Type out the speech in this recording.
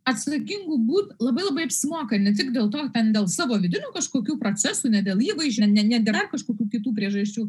atsakingu būt labai labai apsimoka ne tik dėl to ten dėl savo vidinių kažkokių procesų ne dėl įvaizdžio ne ne dėl dar kažkokių kitų priežasčių